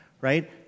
right